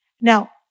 Now